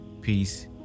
peace